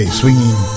swinging